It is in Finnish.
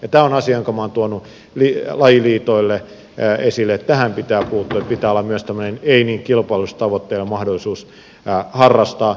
tämä on asia jonka minä olen tuonut lajiliitoille esille että tähän pitää puuttua että pitää olla myös tämmöinen ei niin kilpailullistavoitteinen mahdollisuus harrastaa